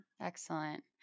Excellent